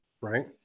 right